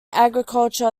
agriculture